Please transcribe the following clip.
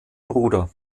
bruder